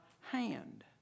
hand